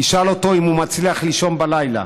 תשאל אותו אם הוא מצליח לישון בלילה